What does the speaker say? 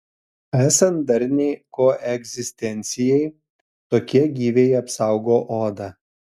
esant darniai koegzistencijai tokie gyviai apsaugo odą